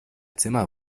zimmer